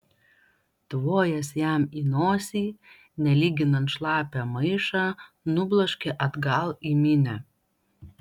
tvojęs jam į nosį nelyginant šlapią maišą nubloškė atgal į minią